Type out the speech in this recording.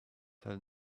tell